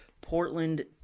Portland